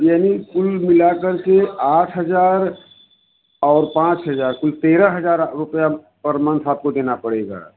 यानी कुल मिला करके आठ हज़ार और पाँच हजार कुल तेरह हज़ार अ रुपया पर मंथ आपको देना पड़ेगा